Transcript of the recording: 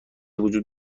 وجود